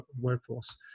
workforce